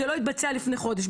זה לא התבצע לפני חודש,